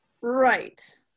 Right